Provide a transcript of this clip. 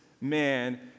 man